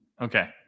Okay